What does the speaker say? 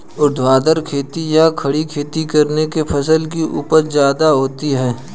ऊर्ध्वाधर खेती या खड़ी खेती करने से फसल की उपज ज्यादा होती है